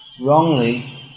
wrongly